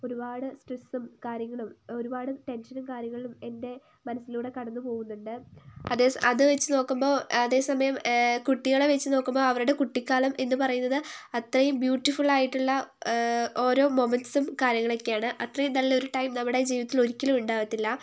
ഒരുപാട് സ്ട്രെസ്സും കാര്യങ്ങളും ഒരുപാട് ടെൻഷനും കാര്യങ്ങളിലും എൻ്റെ മനസ്സിൽക്കൂടി കടന്നുപോകുന്നുണ്ട് അത് അത് വെച്ചു നോക്കുമ്പോൾ അതേ സമയം കുട്ടികളെ വെച്ചു നോക്കുമ്പോൾ അവരുടെ കുട്ടിക്കാലം എന്നു പറയുന്നത് അത്രയും ബ്യൂട്ടിഫുള്ളായിട്ടുള്ള ഓരോ മോമെൻസും കാര്യങ്ങളൊക്കെയാണ് അത്രയും നല്ലൊരു ടൈം നമ്മുടെ ജീവിതത്തിൽ ഒരിക്കലും ഉണ്ടാവത്തില്ല